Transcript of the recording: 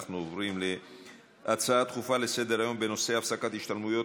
אנחנו עוברים להצעה דחופה לסדר-היום בנושא: הפסקת ההשתלמויות